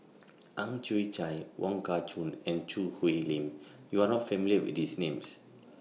Ang Chwee Chai Wong Kah Chun and Choo Hwee Lim YOU Are not familiar with These Names